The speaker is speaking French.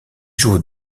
jouent